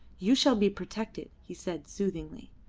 you shall be protected, he said soothingly.